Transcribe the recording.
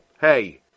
hey